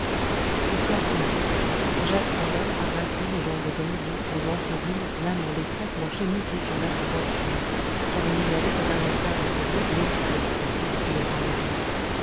le soir tombait jacques randel harassé les jambes brisées le ventre vide l'âme en détresse marchait nu-pieds sur l'herbe au bord du chemin car il ménageait sa dernière paire de souliers l'autre n'existant plus depuis longtemps déjà